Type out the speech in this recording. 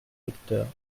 secteurs